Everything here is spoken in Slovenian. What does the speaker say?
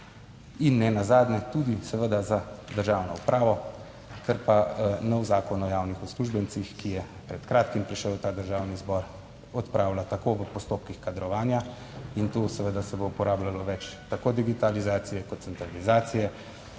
in nenazadnje tudi seveda za državno upravo, kar pa nov Zakon o javnih uslužbencih, ki je pred kratkim prišel v ta Državni zbor, odpravlja, tako v postopkih kadrovanja in tu seveda se bo uporabljalo več tako digitalizacije kot centralizacije,